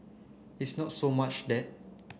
it's not so much that